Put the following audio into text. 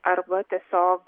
arba tiesiog